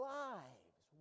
lives